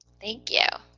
thank you.